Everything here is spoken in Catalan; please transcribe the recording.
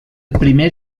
primer